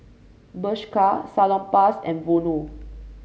Bershka Salonpas and Vono